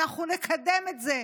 אנחנו נקדם גם את זה,